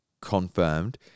confirmed